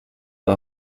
bei